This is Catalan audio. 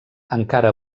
encara